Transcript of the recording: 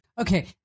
Okay